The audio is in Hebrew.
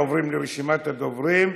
עוברים לרשימת הדוברים: